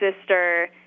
sister